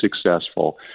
successful